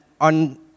on